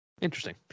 Interesting